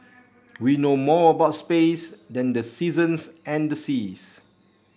we know more about space than the seasons and the seas